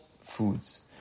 foods